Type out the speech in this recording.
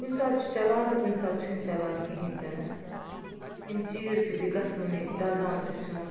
کُنہِ ساتہٕ چھُ چَلان تہٕ کُنہِ ساتہٕ چھُنہٕ چَلان کِہیٖنۍ تہِ نہٕ یِم چیٖز چھِ بیٚیہِ گژھوٕنی دَزان تہِ سیٛن